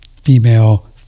female